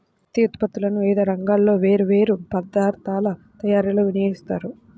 పత్తి ఉత్పత్తులను వివిధ రంగాల్లో వేర్వేరు పదార్ధాల తయారీలో వినియోగిస్తారు